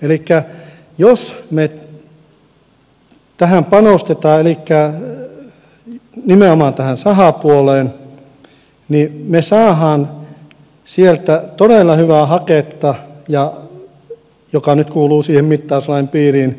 elikkä jos me panostamme nimenomaan tähän sahapuoleen niin me saamme sieltä todella hyvää haketta joka nyt kuuluu siihen mittauslain piiriin teollisuuden käyttöön